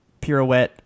pirouette